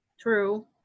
True